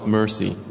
mercy